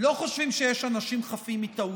לא חושבים שיש אנשים חפים מטעויות,